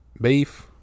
beef